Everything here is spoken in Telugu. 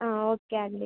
ఆ ఓకే అండి